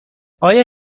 آیا